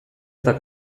eta